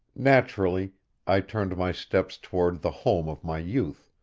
naturally i turned my steps toward the home of my youth,